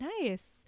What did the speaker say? Nice